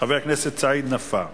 חבר הכנסת סעיד נפאע.